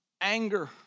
anger